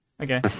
okay